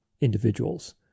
individuals